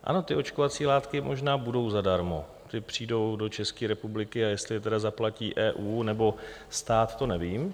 Ano, ty očkovací látky možná budou zadarmo, ty přijdou do České republiky, a jestli je tedy zaplatí EU, nebo stát, to nevím.